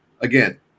again